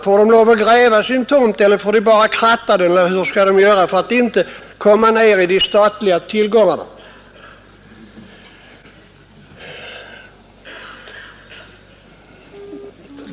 Får de gräva sin tomt, får de bara kratta den eller vad får de göra för att inte komma ned på de statliga tillgångarna?